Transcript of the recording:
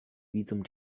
visum